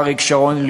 אריק שרון,